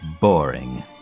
boring